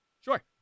Sure